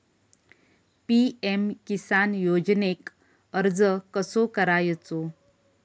PM Kisan योजनेक अर्ज कसो करायचो?